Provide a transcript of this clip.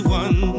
one